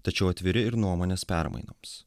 tačiau atviri ir nuomonės permainoms